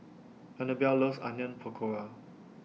Annabel loves Onion Pakora